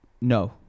no